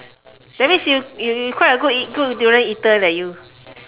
that means you you you quite a good good durian eater you